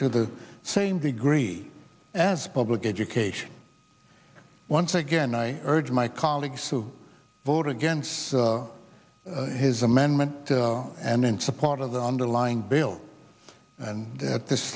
to the same degree as public education once again i urge my colleagues to vote against his amendment and in support of the underlying bill and at this